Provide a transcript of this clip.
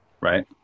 right